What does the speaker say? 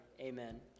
amen